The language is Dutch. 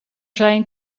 zijn